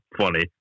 funny